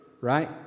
right